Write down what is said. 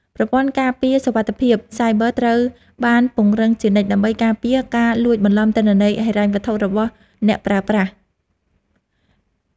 ប្រព័ន្ធការពារសុវត្ថិភាពសាយប័រត្រូវបានពង្រឹងជានិច្ច ដើម្បីការពារការលួចបន្លំទិន្នន័យហិរញ្ញវត្ថុរបស់អ្នកប្រើប្រាស់។